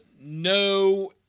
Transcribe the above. no